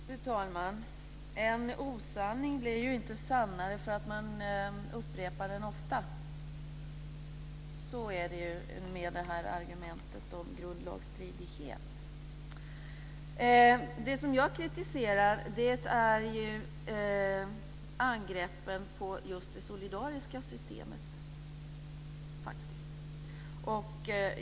Fru talman! En osanning blir inte sannare för att den upprepas ofta. Så är det med argumentet om grundlagsstridighet. Jag kritiserar angreppen mot det solidariska systemet.